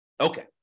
Okay